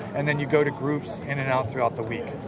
and then you go to groups in and out throughout the week.